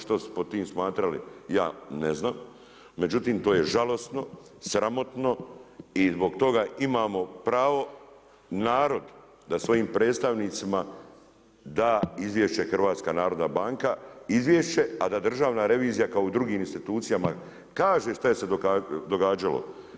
Što su pod tim smatrali ja ne znam, međutim to je žalosno, sramotno i zbog toga imamo pravo narod da svojim predstavnicima da izvješće Hrvatska narodna banka izvješće, a da Državna revizija kao u drugim institucijama kaže šta se događalo.